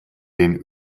den